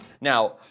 Now